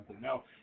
no